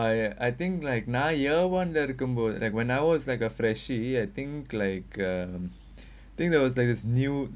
ah ya I think like now year one இருக்கும் மொதே:irukkum modhae like when I was like a fresh I think like um I think there was like this news